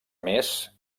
més